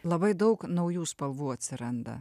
labai daug naujų spalvų atsiranda